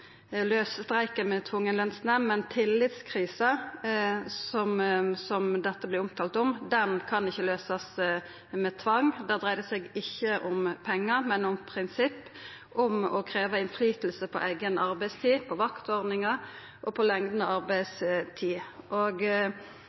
streiken med tvungen lønsnemnd, men tillitskrisa, som dette vert omtalt som, kan ikkje løysast med tvang. Der dreier det seg ikkje om pengar, men om prinsipp – om å krevja innflytelse på eiga arbeidstid, på vaktordningar og lengda på